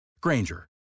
Granger